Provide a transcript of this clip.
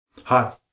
Hi